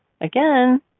Again